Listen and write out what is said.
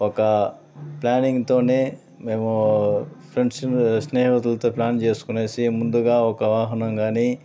ఒక ప్లానింగ్తోనే మేము ఫ్రెండ్సు స్నేహితులతో ప్లాన్ చేసుకొనేసి ముందుగా ఒక వాహనం కాని